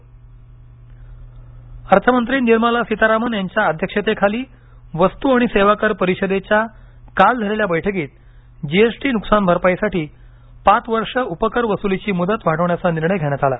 GST अर्थमंत्री अर्थमंत्री निर्मला सितारामन यांच्या अध्यक्षतेखाली वस्तु आणि सेवा कर परिषदेच्या काल झालेल्या बैठकीत जीएसटी नुकसानभरपाई साठी पाच वर्ष उपकर वसुलीची मुदत वाढवण्याचा निर्णय घेण्यात आला